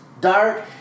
dark